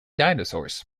dinosaurs